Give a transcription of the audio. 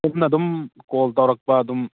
ꯑꯗꯣꯝꯅ ꯑꯗꯨꯝ ꯀꯣꯜ ꯇꯧꯔꯛꯄ ꯑꯗꯨꯝ